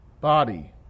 body